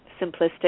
simplistic